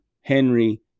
Henry